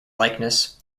likeness